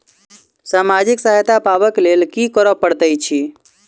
सामाजिक सहायता पाबै केँ लेल की करऽ पड़तै छी?